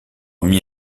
mis